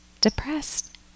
depressed